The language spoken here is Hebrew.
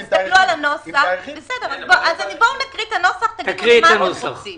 אז נשים את הצוות